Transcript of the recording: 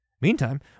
Meantime